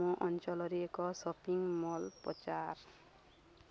ମୋ ଅଞ୍ଚଳରେ ଏକ ସପିଂ ମଲ୍ ପଚାର